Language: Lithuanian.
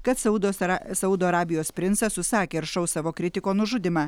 kad saudos saudo arabijos princas užsakė aršaus savo kritiko nužudymą